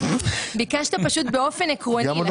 ביקשת באופן עקרוני.